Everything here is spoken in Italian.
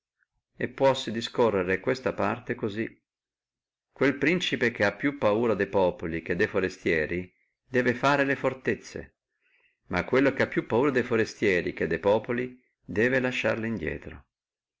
e puossi discorrere questa parte cosí quel principe che ha più paura de populi che de forestieri debbe fare le fortezze ma quello che ha più paura de forestieri che de populi debbe lasciarle indrieto